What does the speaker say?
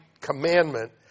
commandment